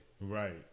Right